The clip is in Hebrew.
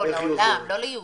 לא, לעולם, לא ליהודים.